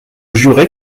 jurer